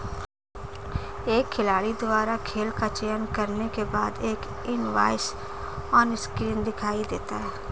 एक खिलाड़ी द्वारा खेल का चयन करने के बाद, एक इनवॉइस ऑनस्क्रीन दिखाई देता है